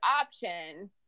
option